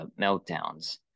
meltdowns